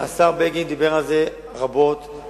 השר בגין דיבר על זה רבות והוא שמע.